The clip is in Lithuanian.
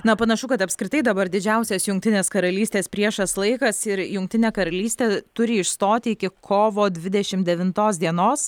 na panašu kad apskritai dabar didžiausias jungtinės karalystės priešas laikas ir jungtinė karalystė turi išstoti iki kovo dvidešim devintos dienos